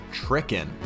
Trickin